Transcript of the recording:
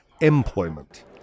employment